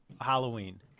Halloween